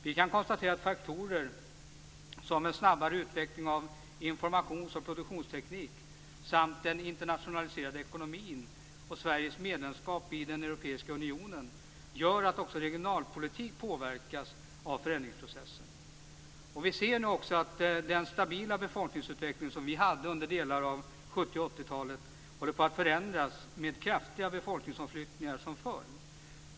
Vi kan konstatera att faktorer som en snabbare utveckling av informations och produktionsteknik samt den internationaliserade ekonomin och Sveriges medlemskap i den europeiska unionen gör att också regionalpolitik påverkas av förändringsprocessen. Vi ser nu också att den stabila befolkningsutveckling som vi hade under delar av 1970 och 1980-talen håller på att förändras med kraftiga befolkningsomflyttningar som följd.